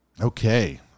Okay